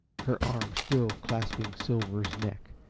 her arms still clasping silver's neck.